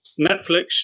Netflix